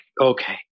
okay